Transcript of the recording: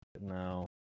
No